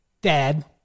dad